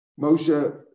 Moshe